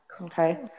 Okay